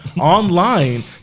online